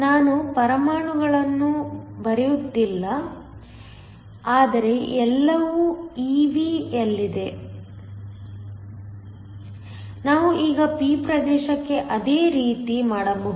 ನಾನು ಪ್ರಮಾಣಗಳನ್ನು ಬರೆಯುತ್ತಿಲ್ಲ ಆದರೆ ಎಲ್ಲವೂ eV ಯಲ್ಲಿದೆ ನಾವು ಈಗ p ಪ್ರದೇಶಕ್ಕೆ ಅದೇ ರೀತಿ ಮಾಡಬಹುದು